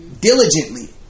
Diligently